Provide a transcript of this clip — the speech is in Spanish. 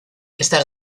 esta